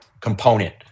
component